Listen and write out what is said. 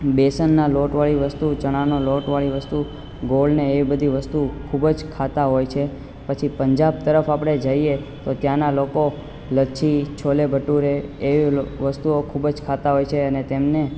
બેસનના લોટ વાળી વસ્તુ ચણાના લોટવાળી વસ્તુ ગોળને એ બધી વસ્તુ ખૂબ જ ખાતા હોય છે પછી પંજાબ તરફ આપણે જઈએ તો ત્યાં ના લોકો લચી છોલે ભટુરે એ વસ્તુઓ ખૂબ જ ખાતા હોય છે અને તેમણે